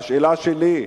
השאלה שלי,